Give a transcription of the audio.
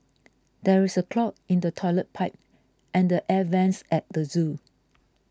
there is a clog in the Toilet Pipe and the Air Vents at the zoo